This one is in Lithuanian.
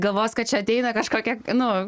galvos kad čia ateina kažkokia nu